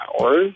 hours